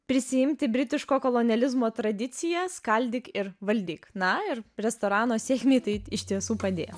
prisiimti britiško kolonializmo tradiciją skaldyk ir valdyk na ir restorano sėkmei tai iš tiesų padėjo